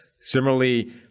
Similarly